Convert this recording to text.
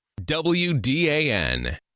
WDAN